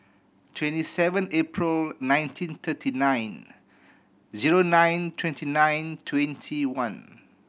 twenty seven April nineteen thirty nine zero nine twenty nine twenty one